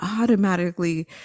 automatically